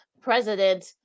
president